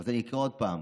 אז אני אקרא עוד פעם: